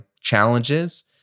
challenges